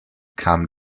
kam